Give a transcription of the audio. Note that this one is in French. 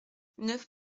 neuf